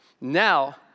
Now